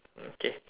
okay